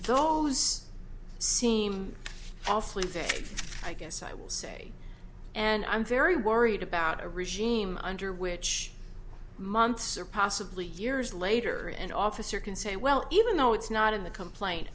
thick i guess i will say and i'm very worried about a regime under which months or possibly years later an officer can say well even though it's not in the complaint